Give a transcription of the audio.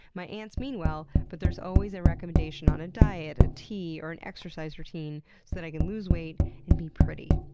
my aunts mean well, but there's always a recommendation on a diet, a tea, or an exercise routine so that i can lose weight and be pretty.